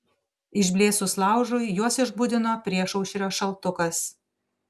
išblėsus laužui juos išbudino priešaušrio šaltukas